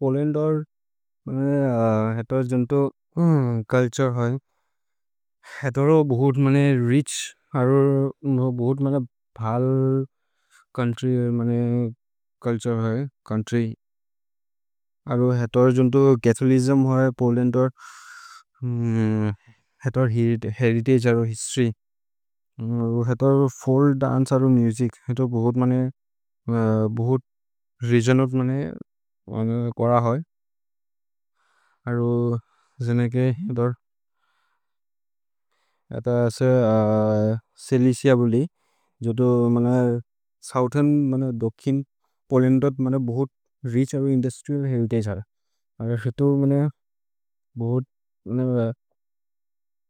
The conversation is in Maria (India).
पोलेन्दर् हेतर् जुन्तो कल्čओर् होइ, हेतरो बोहुत् मने रिछ् अरो बोहुत् मन भल् कल्čओर् होइ। अरो हेतरो जुन्तो कथोलिज्म् होइ, पोलेन्दर् हेतर् हेरितगे अरो हिस्तोर्य्, हेतरो फोल् दन्चे अरो मुसिच्, हेतो बोहुत् मने बोहुत् रेगिओनल् मने कोर होइ। अरो जेनेके हेतर् अत असे सिलेसिअ बोलि, जोतो मन सोउतेर्न् मन दोखिन् पोलेन्दर् बोहुत् रिछ् अरो इन्दुस्त्रिअल् हेरितगे हर्। अरो हेतो बोहुत्